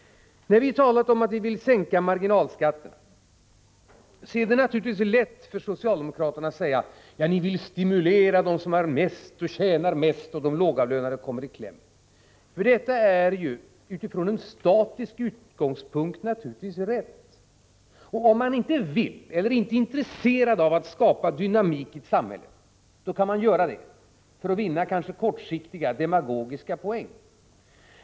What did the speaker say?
När vi har talat om att vi vill sänka marginalskatterna har det naturligtvis varit lätt för socialdemokraterna att säga: Ni vill stimulera dem som redan har det bäst och tjänar mest, medan de lågavlönade kommer i kläm. Från en statisk utgångspunkt är det naturligtvis rätt. Och om man inte vill eller är intresserad av att skapa dynamik i ett samhälle kan man säga så, för att kanske vinna kortsiktiga demagogiska poäng.